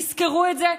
תזכרו את זה,